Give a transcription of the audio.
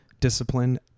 discipline